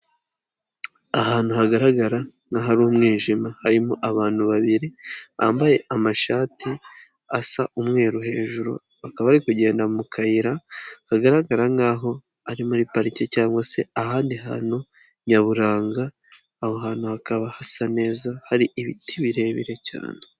Ahantu hagaragara nk'ahari umwijima, harimo abantu babiri bambaye amashati asa umweru hejuru, bakaba bari kugenda mu kayira kagaragara nk'aho ari muri parike cyangwa se ahandi hantu nyaburanga, aho hantu hakaba hasa neza, hari ibiti birebire cyane.